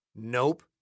Nope